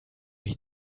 mich